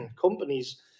companies